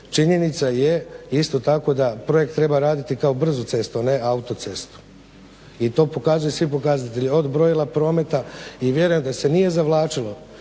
Činjenica je isto tako da projekt treba raditi kao brzu cestu, a ne autocestu. I to pokazuju svi pokazatelji od brojila prometa. I vjerujem da se nije zavlačilo